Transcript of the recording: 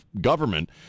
government